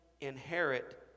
inherit